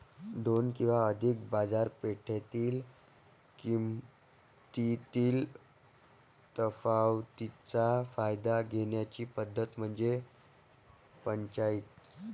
दोन किंवा अधिक बाजारपेठेतील किमतीतील तफावतीचा फायदा घेण्याची पद्धत म्हणजे पंचाईत